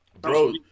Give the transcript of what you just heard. Bro